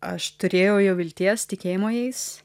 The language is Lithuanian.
aš turėjau jau vilties tikėjimo jais